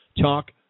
Talk